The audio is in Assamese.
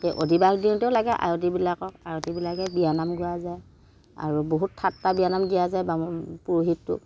অদিবাস দিওঁতে লাগে আয়তীবিলাকক আয়তীবিলাকে বিয়ানাম গোৱা যায় আৰু বহুত ঠাট্টা বিয়ানাম দিয়া যায় বামুণ পুৰুহিতটোক